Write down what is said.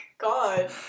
God